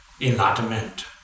enlightenment